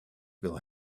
will